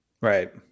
Right